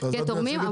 כתורמים,